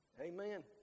amen